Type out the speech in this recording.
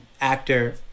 actor